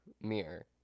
mirror